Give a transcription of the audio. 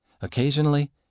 Occasionally